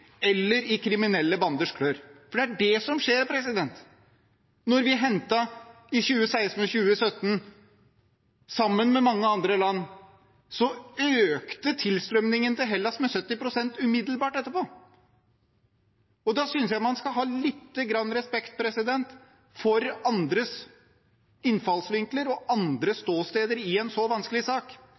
eller i kriminelle banders klør. Det er det som skjer. Da vi hentet i 2016 og 2017, sammen med mange andre land, økte tilstrømningen til Hellas med 70 pst. umiddelbart etterpå. Da synes jeg man skal ha lite grann respekt for andres innfallsvinkler og andre ståsteder i en så vanskelig sak,